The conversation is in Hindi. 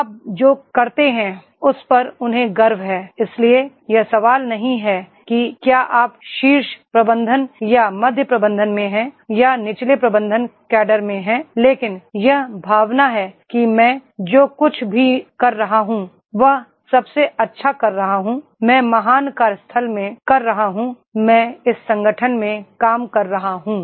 आप जो करते हैं उस पर उन्हें गर्व है इसलिए यह सवाल नहीं है कि क्या आप शीर्ष प्रबंधन या मध्य प्रबंधन में हैं या निचले प्रबंधन कैडर में हैं लेकिन यह भावना है कि मैं जो कुछ भी कर रहा हूं वह सबसे अच्छा कर रहा हूं मैं महान कार्यस्थल में कर रहा हूं मैं इस संगठन में काम कर रहा हूं